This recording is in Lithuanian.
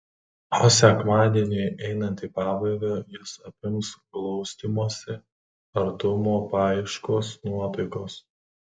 o sekmadieniui einant į pabaigą jus apims glaustymosi artumo paieškos nuotaikos